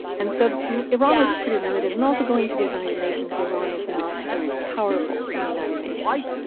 and so iran was pretty limited. and also, going to the united nations, iran is not very powerful in the united nations.